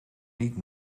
niet